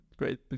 Great